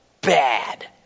bad